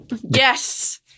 Yes